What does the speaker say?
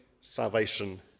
salvation